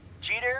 Jeter